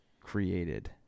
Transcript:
created